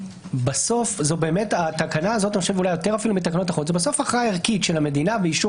בסוף התקנה הזאת אולי יותר מתקנות אחרות ערכאה ערכית של המדינה באישור